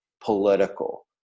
political